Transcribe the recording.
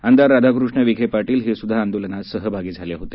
आमदार राधाकृष्ण विखे पाटील हे सुद्धा आंदोलनात सहभागी झाले होते